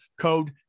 code